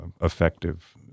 effective